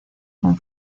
con